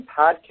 podcast